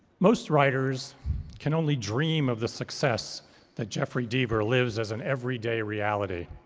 most writers can only dream of the success that jeffery deaver lives as an everyday reality.